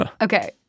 Okay